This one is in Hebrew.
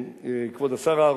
כבוד השר אהרונוביץ,